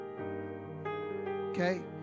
Okay